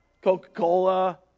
Coca-Cola